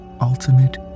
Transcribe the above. ultimate